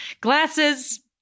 glasses